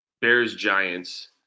Bears-Giants